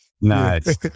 nice